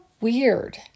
weird